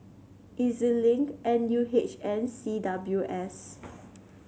E Z Link N U H and C W S